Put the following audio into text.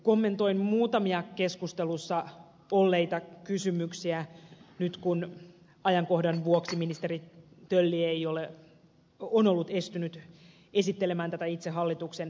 kommentoin muutamia keskustelussa olleita kysymyksiä nyt kun ajankohdan vuoksi ministeri tölli on ollut estynyt esittelemään itse tätä hallituksen esitystä